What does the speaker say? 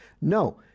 No